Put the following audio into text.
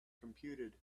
computed